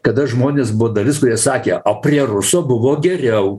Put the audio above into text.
kada žmonės buvo dalis kurie sakė o prie ruso buvo geriau